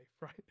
right